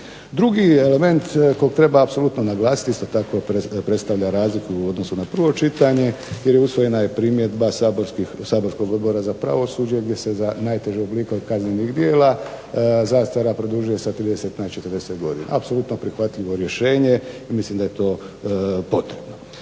Drugi element kog treba apsolutno naglasiti isto tako predstavlja razliku u odnosu na prvo čitanje, jer je usvojena i primjedba saborskog Odbora za pravosuđe gdje se za najteže oblike kaznenih djela zastara produžuje sa 30 na 40 godina. Apsolutno prihvatljivo rješenje i mislim da je to potrebno.